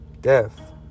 death